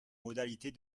modalités